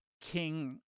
king